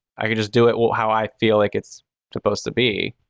i can just do it how i feel like it's supposed to be.